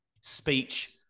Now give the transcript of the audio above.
speech